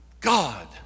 God